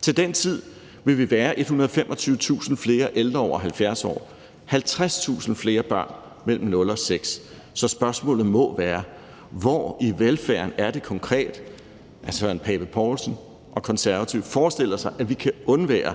Til den tid vil vi være 125.000 flere ældre over 70 år og 50.000 flere børn mellem 0 og 6 år, så spørgsmålet må være: Hvor i velfærden er det konkret, hr. Søren Pape Poulsen og Konservative forestiller sig vi kan undvære